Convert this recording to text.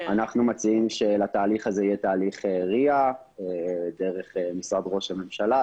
אנחנו מציעים שלתהליך הזה יהיה תהליך RIA דרך משרד ראש הממשלה,